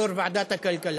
יו"ר ועדת הכלכלה,